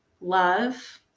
love